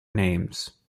names